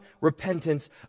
repentance